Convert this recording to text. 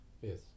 Yes